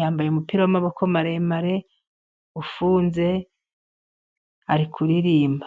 yambaye umupira w'amaboko maremare ufunze, ari kuririmba.